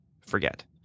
forget